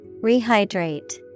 Rehydrate